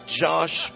Josh